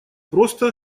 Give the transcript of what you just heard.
просто